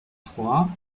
trois